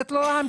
זאת לא המציאות.